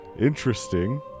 Interesting